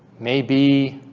maybe